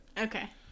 Okay